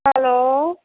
hello